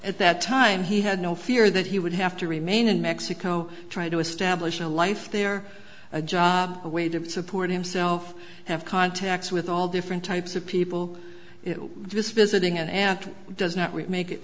at that time he had no fear that he would have to remain in mexico trying to establish a life there a job a way to support himself have contacts with all different types of people just visiting an act does not make it